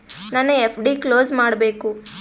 ನನ್ನ FD close ಮಾಡಬೇಕು